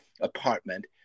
apartment